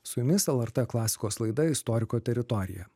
su jumis lrt klasikos laida istoriko teritorija